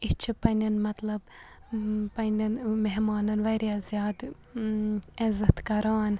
أسۍ چھِ پنٛنٮ۪ن مطلب پنٛنٮ۪ن مہمانَن واریاہ زیادٕ عزت کَران